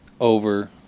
Over